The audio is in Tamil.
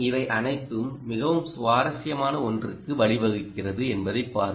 இவை அனைத்தும் மிகவும் சுவாரஸ்யமான ஒன்றுக்கு வழிவகுக்கிறது என்பதைப் பாருங்கள்